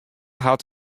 hat